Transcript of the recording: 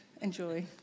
Enjoy